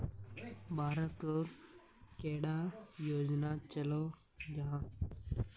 भारत तोत कैडा योजना चलो जाहा?